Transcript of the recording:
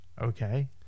Okay